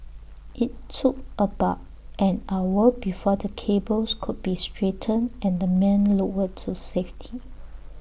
IT took about an hour before the cables could be straightened and the men lowered to safety